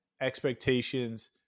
expectations